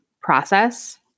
process